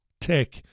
tech